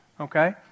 okay